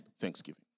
thanksgiving